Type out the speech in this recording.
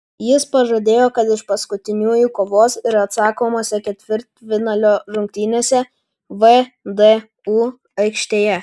jis pažadėjo kad iš paskutiniųjų kovos ir atsakomose ketvirtfinalio rungtynėse vdu aikštėje